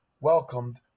welcomed